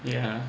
yeah